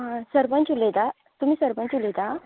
आं सरपंच उलयतात तुमी सरपंच उलयता